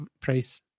price